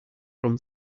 from